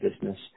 business